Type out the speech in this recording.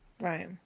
Right